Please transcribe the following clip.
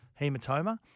hematoma